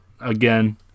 again